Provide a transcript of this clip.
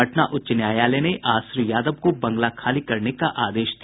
पटना उच्च न्यायालय ने आज श्री यादव को बंगला खाली करने का आदेश दिया